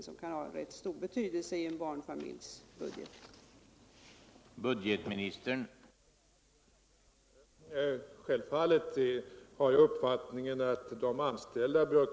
som kan ha rätt stor betydelse i en barnfamiljs budget.